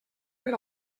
per